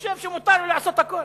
חושב שמותר לו לעשות הכול.